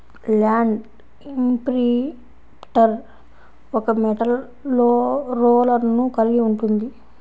land imprinter ఒక metal రోలర్ను కలిగి ఉంటుంది